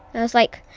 i was like,